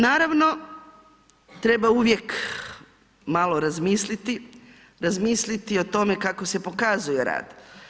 Naravno, treba uvijek malo razmisliti o tome kako se pokazuje rad.